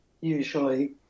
usually